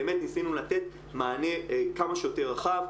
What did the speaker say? באמת, ניסינו לתת מענה כמה שיותר רחב.